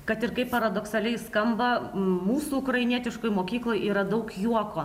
kad ir kaip paradoksaliai skamba mūsų ukrainietiškoj mokykloj yra daug juoko